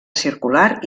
circular